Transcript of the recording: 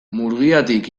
murgiatik